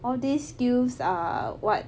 all these skills are what